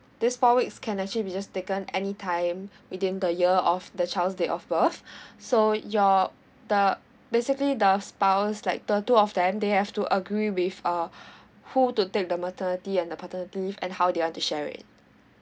these four weeks can actually be just taken anytime within the year of the child's date of birth so your the basically the spouse like the two of them they have to agree with uh who to take the maternity and the paternity leave and how they want to share it